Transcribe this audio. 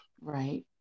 Right